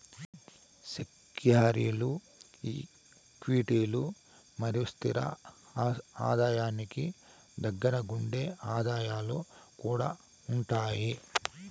సెక్యూరీల్ల క్విటీలు మరియు స్తిర ఆదాయానికి దగ్గరగుండే ఆదాయాలు కూడా ఉండాయి